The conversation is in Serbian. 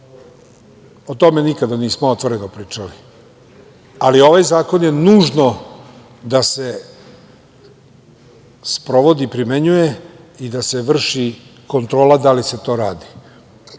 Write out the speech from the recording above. O tome nikada nismo otvoreno pričali. Ali ovaj zakon je nužno da se sprovodi i primenjuje i da se vrši kontrola da li se to